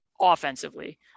offensively